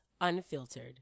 Unfiltered